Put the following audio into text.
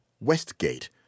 Westgate